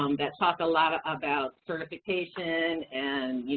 um that talk a lot ah about certification and you